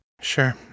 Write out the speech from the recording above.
Sure